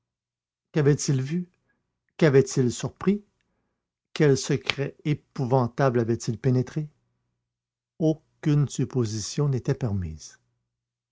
qu'avait-il vu qu'avait-il surpris quel secret épouvantable avait-il pénétré aucune supposition n'était permise